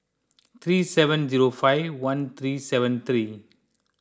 three seven zero five one three seven three